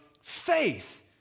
faith